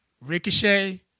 Ricochet